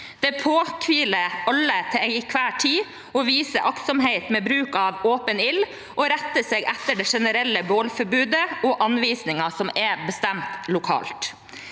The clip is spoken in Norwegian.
Det påhviler alle til enhver tid å vise aktsomhet ved bruk av åpen ild og rette seg etter det generelle bålforbudet og anvisninger som er bestemt lokalt.